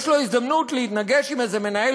יש לו הזדמנות להתנגש עם איזה מנהל